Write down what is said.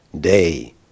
day